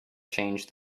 change